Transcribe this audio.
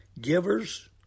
givers